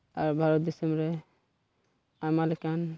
ᱟᱨ ᱵᱷᱟᱨᱚᱛ ᱫᱤᱥᱚᱢ ᱨᱮ ᱟᱭᱢᱟ ᱞᱮᱠᱟᱱ